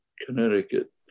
Connecticut